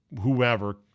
whoever